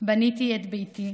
בניתי את ביתי,